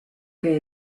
que